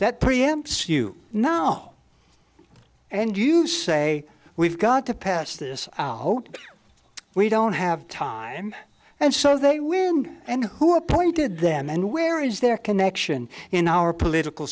preempts you know and you say we've got to pass this oh we don't have time and so they win and who appointed them and where is their connection in our political